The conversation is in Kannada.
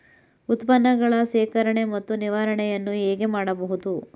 ಉತ್ಪನ್ನಗಳ ಶೇಖರಣೆ ಮತ್ತು ನಿವಾರಣೆಯನ್ನು ಹೇಗೆ ಮಾಡಬಹುದು?